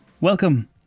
welcome